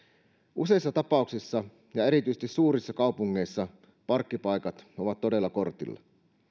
useissa tapauksissa ja erityisesti suurissa kaupungeissa parkkipaikat ovat todella kortilla